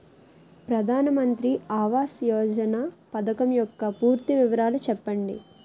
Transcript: ప్రధాన మంత్రి ఆవాస్ యోజన పథకం యెక్క పూర్తి వివరాలు చెప్పండి?